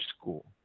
school